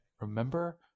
remember